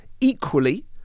equally